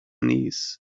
knees